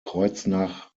kreuznach